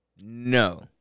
No